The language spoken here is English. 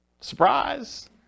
Surprise